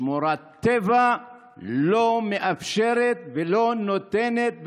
שמורת טבע לא מאפשרת ולא נותנת,